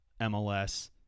MLS